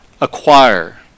acquire